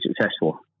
successful